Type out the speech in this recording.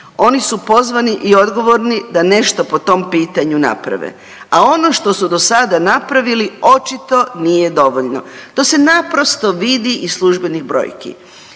oni su pozvani i odgovorni da nešto po tom pitanju naprave, a ono što su do sada napravili očito nije dovoljno. To se naprosto vidi iz službenih brojki.